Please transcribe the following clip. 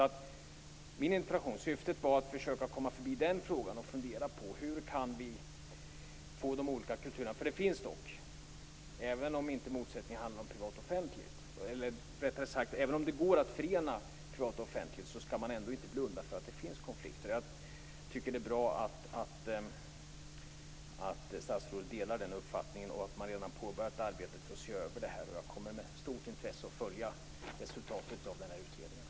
Syftet med min interpellation var att försöka komma ifrån den frågan och i stället fundera på: Hur kan vi får de olika kulturerna att fungera tillsammans? Även om det går att förena privat och offentligt skall man ändå inte blunda för att det finns konflikter. Jag tycker att det är bra att statsrådet delar den uppfattningen och att man redan påbörjat arbetet för att se över detta. Jag kommer med stort intresse att följa resultatet av utredningen.